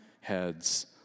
heads